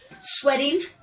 sweating